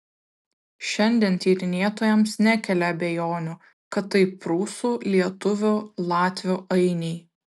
šiandien tyrinėtojams nekelia abejonių kad tai prūsų lietuvių latvių ainiai